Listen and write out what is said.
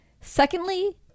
secondly